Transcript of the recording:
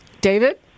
David